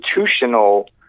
institutional